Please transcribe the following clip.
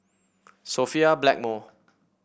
Sophia Blackmore